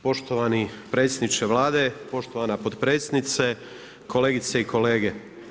Poštovani predsjedniče Vlade, poštovana potpredsjednice, kolegice i kolege.